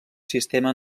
sistema